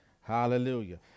Hallelujah